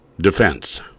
defense